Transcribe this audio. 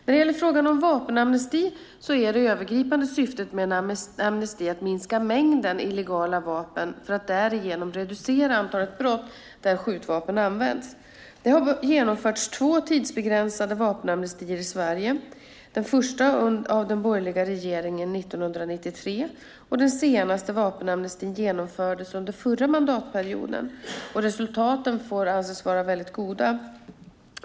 När det gäller frågan om vapenamnesti är det övergripande syftet med en amnesti att minska mängden illegala vapen för att därigenom reducera antalet brott där skjutvapen används. Det har genomförts två tidsbegränsade vapenamnestier i Sverige. Den första genomfördes av den borgerliga regeringen år 1993. Den senaste vapenamnestin genomfördes under förra mandatperioden. Resultaten får anses goda.